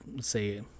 say